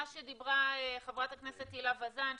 מה שדיברה חברת הכנסת הילה וזאן,